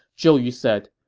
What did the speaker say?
zhou yu said,